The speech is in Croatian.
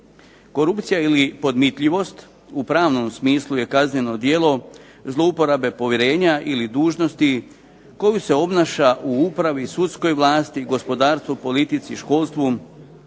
Korupcija ili podmitljivost u pravnom smislu je kazneno djelo zlouporabe povjerenja ili dužnosti koju se obnaša u upravi, sudskoj vlasti, gospodarstvu, politici, školstvu